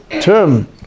term